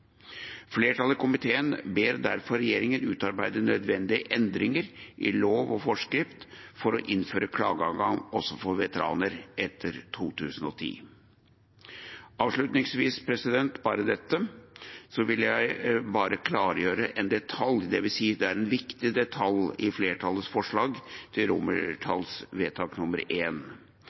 Flertallet i komiteen ber derfor regjeringen utarbeide nødvendige endringer i lov og forskrift for å innføre klageadgang også for veteraner etter 2010. Avslutningsvis vil jeg bare klargjøre en detalj, en viktig detalj i flertallets forslag til